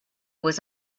was